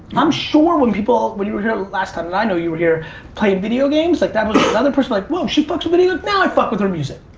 i'm sure when people when you were here last time and i know you were here playing video games like that was another person like woo she booked somebody look now i fuck with her music